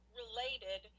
related